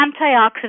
antioxidant